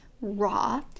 raw